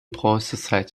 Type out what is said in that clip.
bronzezeit